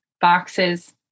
boxes